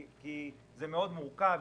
זה מאוד מורכב,